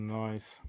nice